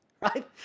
right